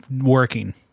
working